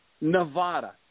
Nevada